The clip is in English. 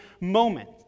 moment